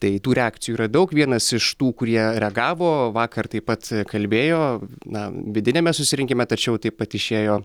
tai tų reakcijų yra daug vienas iš tų kurie reagavo vakar taip pat kalbėjo na vidiniame susirinkime tačiau taip pat išėjo